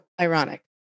ironic